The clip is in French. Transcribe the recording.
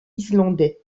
islandais